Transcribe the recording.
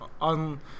on